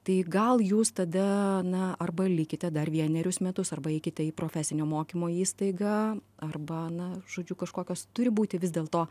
tai gal jūs tada na arba likite dar vienerius metus arba eikite į profesinio mokymo įstaigą arba na žodžiu kažkokios turi būti vis dėlto